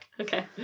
Okay